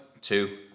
two